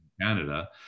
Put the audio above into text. Canada